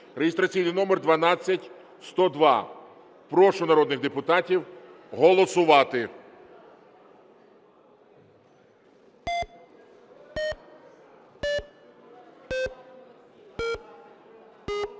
(реєстраційний номер 12102). Прошу народних депутатів голосувати.